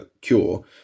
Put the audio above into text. cure